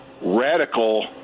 radical